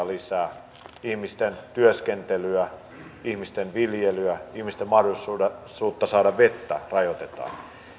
lisää ihmisten työskentelyä ihmisten viljelyä ihmisten mahdollisuutta saada vettä rajoitetaan